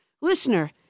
Listener